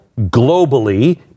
globally